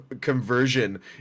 conversion